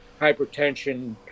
hypertension